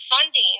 funding